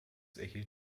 erhielt